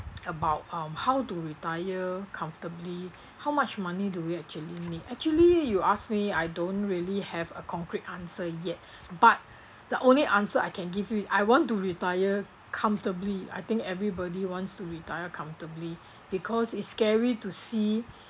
about um how to retire comfortably how much money do we actually need actually you ask me I don't really have a concrete answer yet but the only answer I can give you I want to retire comfortably I think everybody wants to retire comfortably because it's scary to see